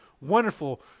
wonderful